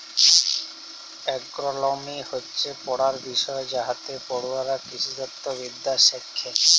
agronomy হচ্যে পড়ার বিষয় যাইতে পড়ুয়ারা কৃষিতত্ত্ব বিদ্যা শ্যাখে